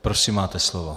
Prosím, máte slovo.